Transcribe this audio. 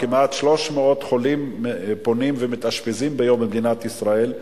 כמעט 300 חולים פונים ומתאשפזים ביום במדינת ישראל,